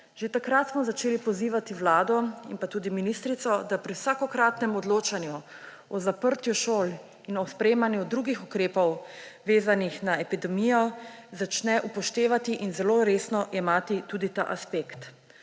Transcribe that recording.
Že takrat smo začeli pozivati Vlado in tudi ministrico, da pri vsakokratnem odločanju o zaprtju šol in ob sprejemanju drugih ukrepov, vezanih na epidemijo, začne upoštevati in zelo resno jemati tudi ta aspekt.